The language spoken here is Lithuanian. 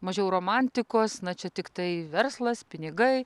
mažiau romantikos na čia tiktai verslas pinigai